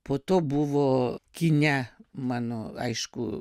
po to buvo kine mano aišku